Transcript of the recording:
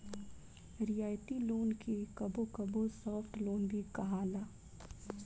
रियायती लोन के कबो कबो सॉफ्ट लोन भी कहाला